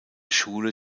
schule